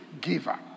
giver